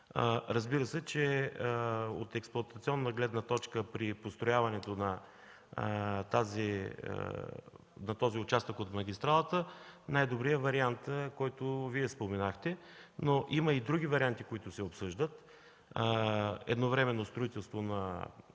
строителство. От експлоатационна гледна точка при построяването на този участък от магистралата най-добрият е вариантът, който Вие споменахте. Има обаче и други варианти, които се обсъждат – едновременно строителство на